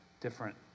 different